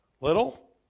Little